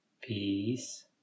peace